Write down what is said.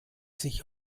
sich